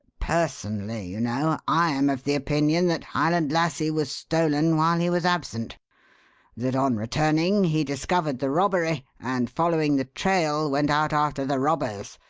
personally, you know, i am of the opinion that highland lassie was stolen while he was absent that, on returning he discovered the robbery and, following the trail, went out after the robbers,